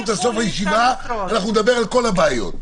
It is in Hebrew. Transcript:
עד סוף הישיבה אנחנו נדבר על כל הבעיות.